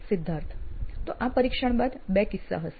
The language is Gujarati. સિદ્ધાર્થ તો આ પરીક્ષણ બાદ 2 કિસ્સા હશે